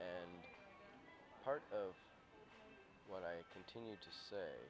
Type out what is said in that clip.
and part of what i continue to say